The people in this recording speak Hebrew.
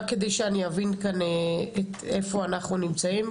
רק כדי שאני אבין כאן איפה אנחנו נמצאים,